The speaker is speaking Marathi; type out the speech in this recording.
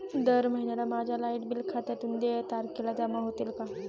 दर महिन्याला माझ्या लाइट बिल खात्यातून देय तारखेला जमा होतील का?